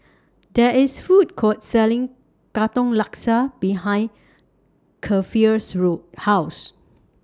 There IS Food Court Selling Katong Laksa behind Keifer's room House